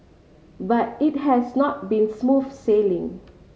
but it has not been smooth sailing